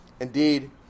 Indeed